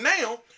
now